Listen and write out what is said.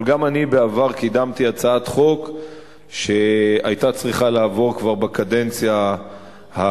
אבל גם אני בעבר קידמתי הצעת חוק שהיתה צריכה לעבור כבר בקדנציה הקודמת.